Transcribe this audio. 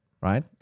right